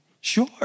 Sure